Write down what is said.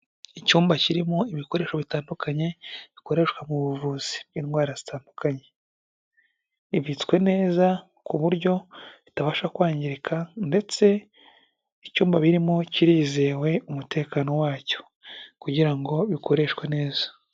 Icyumba kirimo ibikoresho bitandukanye bikoreshwa mu buvuzi bw'indwara zitandukanye, ibitswe neza ku buryo bitabasha kwangirika ndetse icyumba birimo kirizewe umutekano wacyo kugira ngo bikoreshwe neza.